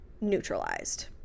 neutralized